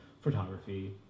photography